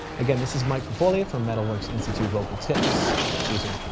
again, this is mike ferfolia from metalworks institute vocal tips. see you soon.